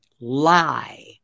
lie